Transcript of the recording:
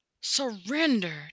surrender